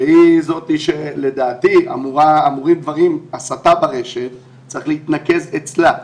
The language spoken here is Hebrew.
שהיא זאת שלדעתי נושאים של הסתה ברשת צריכים להתנקז אצלה.